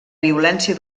violència